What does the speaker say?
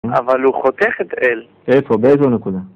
אבל הוא חותך את L. איפה? באיזו נקודה?